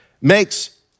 makes